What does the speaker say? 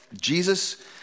Jesus